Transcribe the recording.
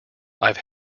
i’ve